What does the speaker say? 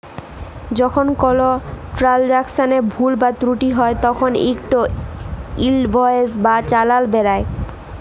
যখল কল ট্রালযাকশলে ভুল বা ত্রুটি হ্যয় তখল ইকট ইলভয়েস বা চালাল বেরাই